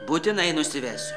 būtinai nusivesiu